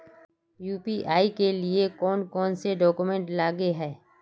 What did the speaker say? UPI के लिए कौन कौन से डॉक्यूमेंट लगे है?